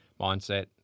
mindset